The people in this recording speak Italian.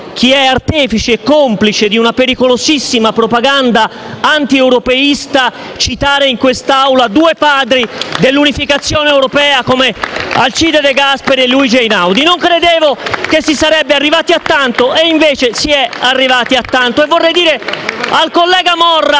chi è artefice e complice di una pericolosissima propaganda antieuropeista citare in quest'Aula due padri dell'unificazione europea come Alcide De Gasperi e Luigi Einaudi. *(Applausi dal Gruppo PD)*. Non credevo che si sarebbe arrivati a tanto, e invece lo si è fatto. E vorrei dire al collega Morra